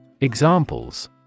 Examples